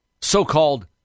so-called